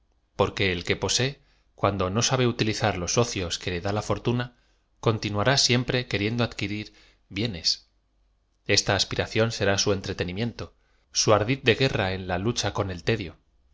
e l que posee cuando no eabe utilizar los ocloa que le da la fortuna continuará siempre queriendo adquirir blecea esta aspiración será su entretenimiento su ardid de guerra en la lucha coa el tedio